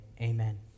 amen